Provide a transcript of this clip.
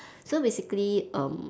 so basically um